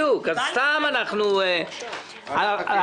עכשיו מקימים.